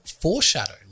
foreshadow